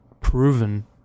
proven